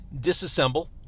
disassemble